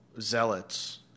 zealots